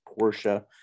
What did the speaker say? Porsche